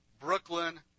Brooklyn